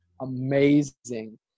amazing